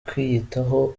kwiyitaho